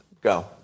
Go